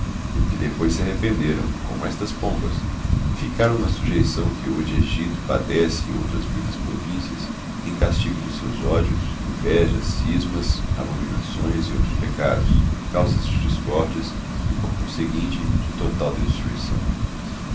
do que depois se arrependera como estas pombas e flcájy raõ na sujeição qiíe hoje grécia padece e outras muitas provincias em castigo de seus ódios invejas cismas abominações e outros pecados causas de discórdias e por conseguinte de total destrui